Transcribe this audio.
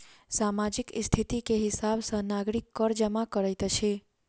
सामाजिक स्थिति के हिसाब सॅ नागरिक कर जमा करैत अछि